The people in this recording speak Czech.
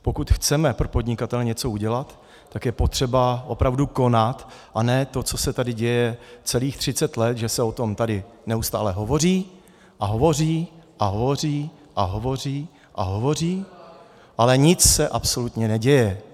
Pokud chceme pro podnikatele něco udělat, tak je potřeba opravdu konat, a ne to, co se tady děje celých 30 let, že se o tom tady neustále hovoří a hovoří a hovoří a hovoří a hovoří, ale nic se absolutně neděje.